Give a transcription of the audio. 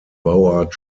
bauart